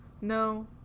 No